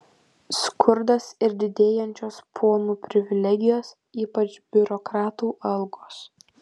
skurdas ir didėjančios ponų privilegijos ypač biurokratų algos